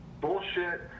bullshit